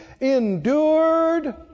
endured